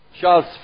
Charles